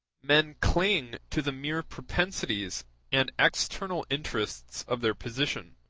men cling to the mere propensities and external interests of their position,